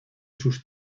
sus